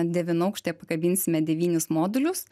devynaukštyje pakabinsime devynis modulius